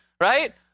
Right